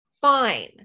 fine